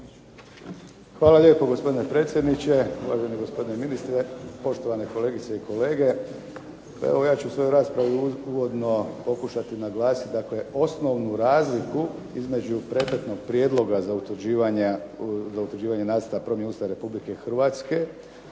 Hvala gospodine predsjedniče, uvaženi gospodine ministre, poštovane kolegice i kolege. Evo ja ću u svojoj raspravi uvodno pokušati naglasiti osnovnu razliku između predmetnog Prijedloga za utvrđivanje Nacrta promjene Ustava Republike Hrvatske